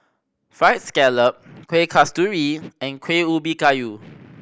Fried Scallop Kueh Kasturi and Kuih Ubi Kayu